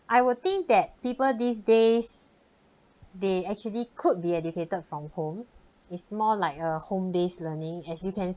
I will think that people these days they actually could be educated from home is more like a home base learning as you can